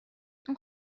اون